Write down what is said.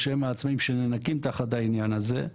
בשם העצמאים שאני מכיר תחת העניין הזה.